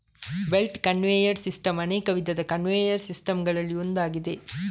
belt conveyor system ಅನೇಕ ವಿಧದ conveyor system ಗಳಲ್ಲಿ ಒಂದಾಗಿದೆ